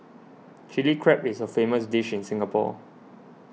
Chilli Crab is a famous dish in Singapore